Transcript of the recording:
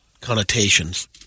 connotations